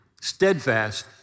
steadfast